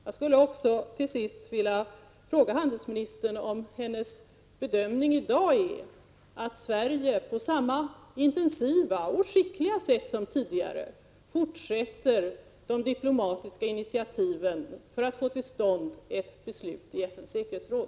Jag vill också till sist fråga statsrådet om hennes bedömning i dag är att Sverige på samma intensiva och skickliga sätt som tidigare fortsätter att ta diplomatiska initiativ för att få till stånd ett beslut i FN:s säkerhetsråd.